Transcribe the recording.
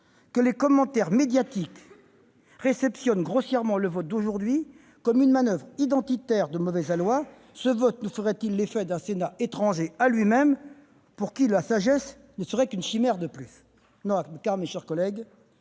que les commentaires médiatiques réceptionnent grossièrement le vote d'aujourd'hui comme une manoeuvre identitaire de mauvais aloi. Ce vote nous ferait-il l'effet d'un Sénat étranger à lui-même pour qui la sagesse ne serait qu'une chimère de plus ? Or, mes chers collègues,